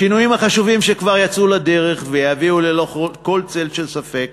השינויים החשובים שכבר יצאו לדרך יביאו ללא כל צל של ספק